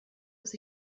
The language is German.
dass